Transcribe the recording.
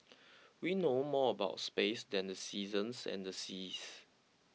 we know more about space than the seasons and the seas